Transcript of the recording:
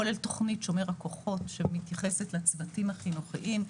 כולל תוכנית "שומר הכוחות" שמתייחסת לצוותים החינוכיים.